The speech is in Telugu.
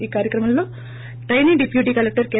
ఈ కార్యక్రమంలో టైనీ డిప్యుటీ కలక్షర్ కె